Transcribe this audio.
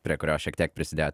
prie kurio šiek tiek prisidėjo